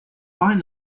find